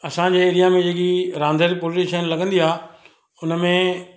असांजे एरिआ में जेकी रांधेल पोलिस टेशन लॻंदी आहे हुन में